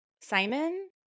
Simon